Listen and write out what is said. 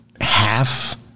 half